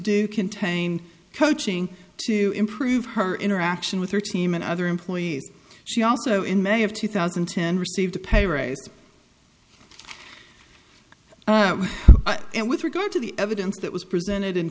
do contain coaching to improve her interaction with her team and other employees she also in may of two thousand and ten received a pay raise and with regard to the evidence that was presented in